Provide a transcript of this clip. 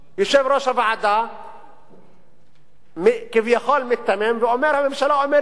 יושב-ראש הוועדה כביכול מיתמם ואומר: הממשלה אומרת לי,